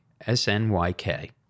S-N-Y-K